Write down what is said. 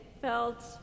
felt